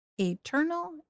eternal